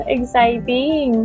Exciting